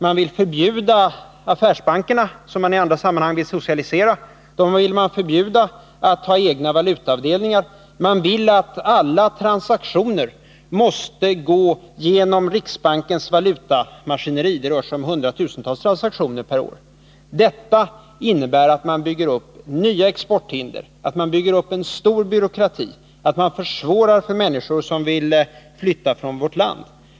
Man vill förbjuda affärsbankerna, som man i andra sammanhang vill socialisera, att ha egna valutaavdelningar. Man vill att alla transaktioner skall gå genom riksbankens valutamaskineri — det rör sig om hundratusentals transaktioner per år. Detta innebär att man bygger upp nya exporthinder, att man bygger upp en stor byråkrati, att man försvårar för människor som vill flytta från vårt land.